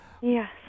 Yes